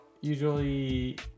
usually